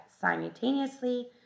simultaneously